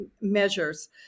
measures